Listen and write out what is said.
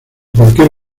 cualquier